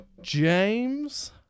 James